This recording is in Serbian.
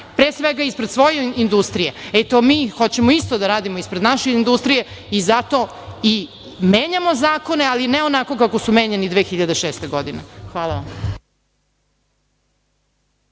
pre svega ispred svoje industrije. Mi hoćemo isto da radimo ispred naše industrije i zato i menjamo zakone, ali ne onako kako su menjani 2006. godine. Hvala vam.